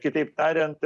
kitaip tariant